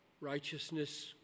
Righteousness